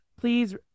please